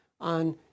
on